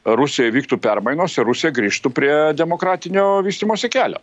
rusijoje vyktų permainos ir rusija grįžtų prie demokratinio vystymosi kelio